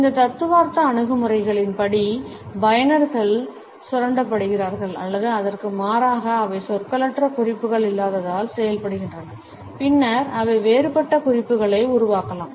இந்த தத்துவார்த்த அணுகுமுறைகளின்படி பயனர்கள் சுரண்டப்படுகிறார்கள் அல்லது அதற்கு மாறாக அவை சொற்களற்ற குறிப்புகள் இல்லாததால் செயல்படுகின்றன பின்னர் அவை வேறுபட்ட குறிப்புகளை உருவாக்கலாம்